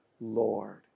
Lord